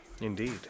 Indeed